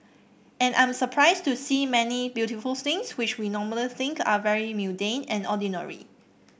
and I'm surprised to see many beautiful things which we normally think are very mundane and ordinary